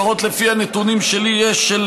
לפחות לפי הנתונים שיש לי,